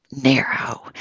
narrow